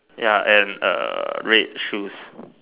ya and uh red shoes